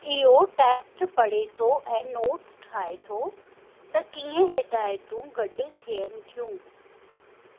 इहो टेक्स्ट पढ़े थो ऐं नोट्स ठाहे थो त कीअं हिदाइतियूं गढ़ थियन थियूं